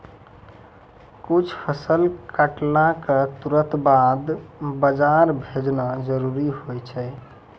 कुछ फसल कटला क तुरंत बाद बाजार भेजना जरूरी होय छै